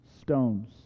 stones